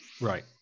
Right